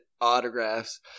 autographs